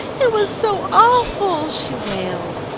it was so awful! she wailed.